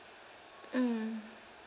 mm